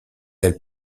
elle